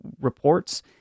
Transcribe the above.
reports